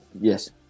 Yes